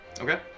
Okay